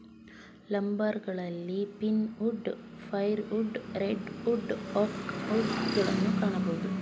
ಲಂಬರ್ಗಳಲ್ಲಿ pinewood, firewood, redwood, oak wood ಗಳನ್ನು ಕಾಣಬೋದು